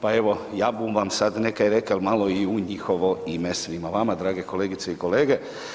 Pa evo ja bum vam sad nekaj rekel malo i u njihovo ime svima vama drage kolegice i kolege.